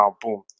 boom